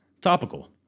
topical